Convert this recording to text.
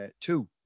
two